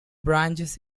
branches